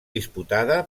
disputada